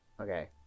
Okay